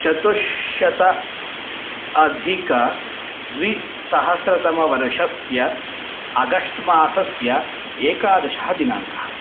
चतुश्शत अधिकद्विसहस्रतमवर्षस्य अगस्ट्मासस्य एकादशः दिनाङ्कः